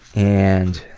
and,